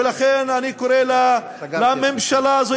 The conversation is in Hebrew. ולכן אני קורא לממשלה הזאת,